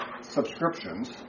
subscriptions